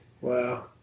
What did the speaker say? Wow